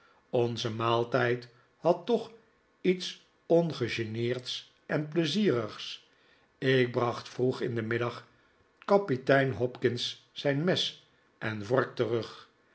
onze maaltijd had toch iets ongegeneerds en pleizierigs ik bracht vroeg in den middag kapitein hopkins zijn mes en vork terug